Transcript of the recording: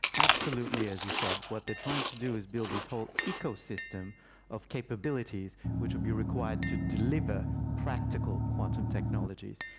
absolutely as you said, what they're trying to do is build this whole ecosystem of capabilities which will be required to deliver practical quantum technologies.